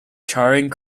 charing